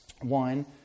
one